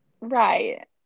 Right